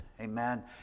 amen